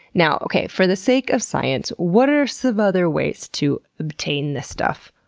now, okay, for the sake of science, what are some other ways to obtain the stuff?